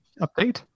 update